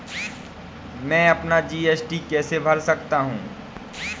मैं अपना जी.एस.टी कैसे भर सकता हूँ?